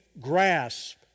grasp